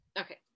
Okay